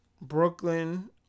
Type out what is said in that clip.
Brooklyn